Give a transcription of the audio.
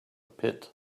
pit